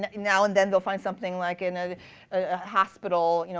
now and then, they'll find something like in a ah hospital, you know